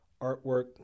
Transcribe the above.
artwork